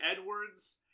Edwards